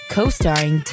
Co-starring